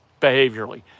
behaviorally